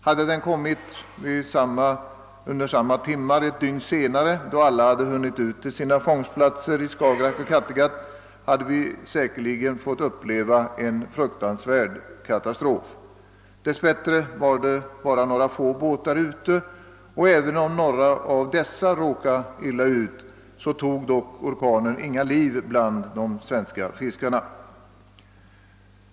Om den kommit under samma timmar ett dygn senare, då alla hade hunnit ut till sina fångstplatser i Skagerack och Kattegatt, hade vi säkerligen fått uppleva en fruktansvärd katastrof. Dess bättre var det bara några få båtar ute, och även om några av dessa råkade illa ut så tog dock orkanen inga liv bland de svenska fiskarna.